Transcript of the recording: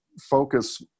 focus